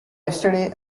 yesterday